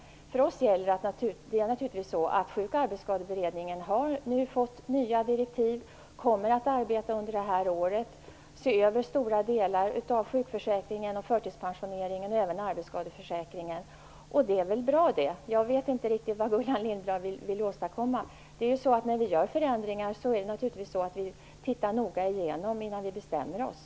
För oss gäller att Sjuk och arbetsskadeberedningen har fått nya direktiv och kommer att arbeta under det här året med att se över stora delar av sjukförsäkringen, förtidspensioneringen och även arbetsskadeförsäkringen. Det är väl bra. Jag vet inte riktigt vad Gullan Lindblad vill åstadkomma. När vi gör förändringar går vi naturligtvis noga igenom saken innan vi bestämmer oss.